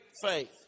faith